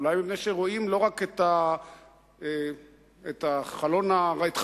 אולי מפני שרואים לא רק את חלון הראווה,